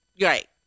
Right